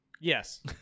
yes